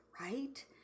right